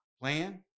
plan